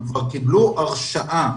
הם כבר קיבלו הרשאה,